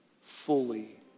fully